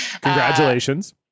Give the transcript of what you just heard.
congratulations